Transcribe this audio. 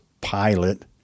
pilot